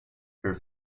her